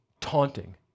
taunting